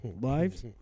lives